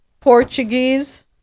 portuguese